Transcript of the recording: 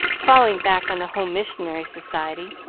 falling back on the home missionary society,